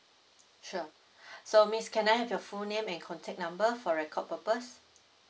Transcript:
sure so miss can I have your full name and contact number for record purpose